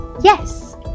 Yes